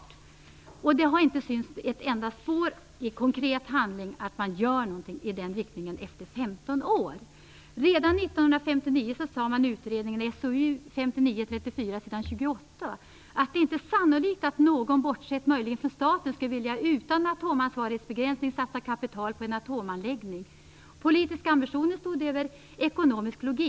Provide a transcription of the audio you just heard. Det har efter 15 år inte synts ett enda spår i konkret handling av att det har gjorts någonting i den riktningen. Redan 1959 sade man i utredningen SOU 1959:34 "Det är inte sannolikt att någon - bortsett möjligen från staten - skulle vilja utan atomansvarighetsbegränsning satsa kapital på en atomanläggning." Politiska ambitioner stod över ekonomisk logik.